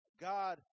God